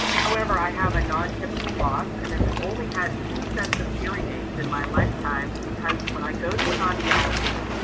however, i have a non typical loss and um only had two sets of hearing aids in my lifetime because when i go to an audiologist,